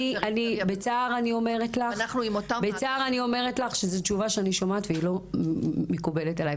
אני אומרת לך בצער שזו תשובה שאני שומעת והיא לא מקובלת עלי,